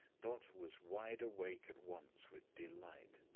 dot was wide awake at once with delight.